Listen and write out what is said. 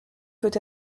peut